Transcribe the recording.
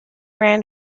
ran